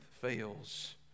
fails